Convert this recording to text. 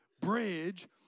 bridge